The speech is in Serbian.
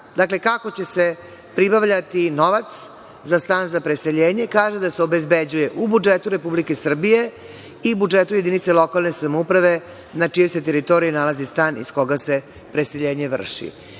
Dakle, kako će se pribavljati novac za stan za preseljenje? Kaže da se obezbeđuje u budžetu Republike Srbije i budžetu jedinice lokalne samouprave na čijoj se teritoriji nalazi stan iz koga se preseljenje vrši. Jedan